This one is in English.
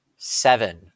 Seven